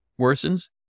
worsens